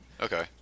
okay